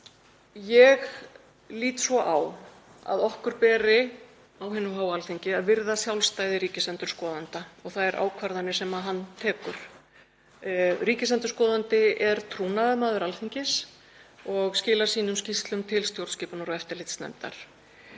Ég lít svo á að okkur beri á hinu háa Alþingi að virða sjálfstæði ríkisendurskoðanda og þær ákvarðanir sem hann tekur. Ríkisendurskoðandi er trúnaðarmaður Alþingis og skilar sínum skýrslum til stjórnskipunar- og eftirlitsnefndar.